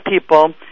people